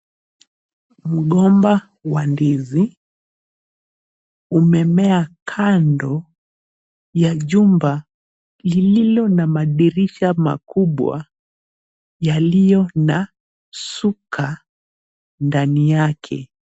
Mgomba wa ndizi umemea kando ya jumba lililo na madirisha makubwa yaliyo na suka ndani yake.